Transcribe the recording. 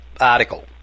article